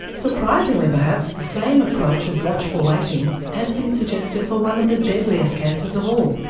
surprisingly perhaps the same approach of watchful waiting has been suggested for one of the deadliest cancers of all,